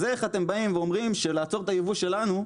אז איך אתם באים ואומרים שלעצור את הייבוא שלנו,